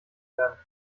werden